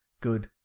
Good